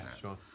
sure